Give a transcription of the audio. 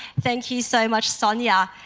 thank you so much sanija.